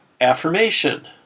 Affirmation